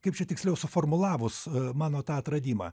kaip čia tiksliau suformulavus mano tą atradimą